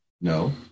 no